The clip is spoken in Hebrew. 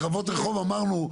קרבות רחוב אמרנו.